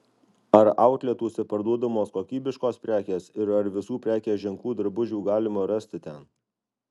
ar autletuose parduodamos kokybiškos prekės ir ar visų prekės ženklų drabužių galima rasti ten